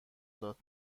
داد